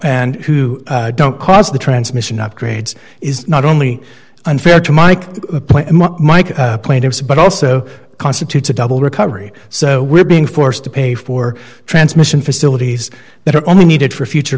and who don't cause the transmission upgrades is not only unfair to mike mike plaintiffs but also constitutes a double recovery so we're being forced to pay for transmission facilities that are only needed for future